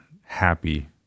happy